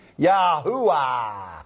Yahuwah